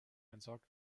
entsorgt